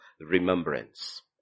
remembrance